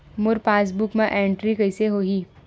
मोर passbook मा entry कइसे होही?